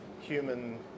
human